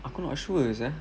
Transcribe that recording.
aku not sure sia